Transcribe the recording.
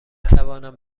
توانم